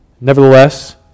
Nevertheless